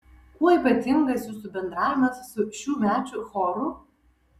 kuo ypatingas jūsų bendravimas su šiųmečiu choru